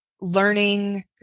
learning